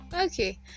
okay